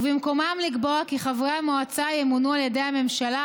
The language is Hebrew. ובמקומם לקבוע כי חברי המועצה ימונו על ידי הממשלה,